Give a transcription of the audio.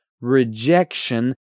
rejection